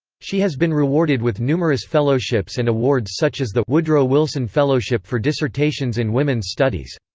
she has been rewarded with numerous fellowships and awards such as the woodrow wilson fellowship for dissertations in women's studies.